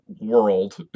world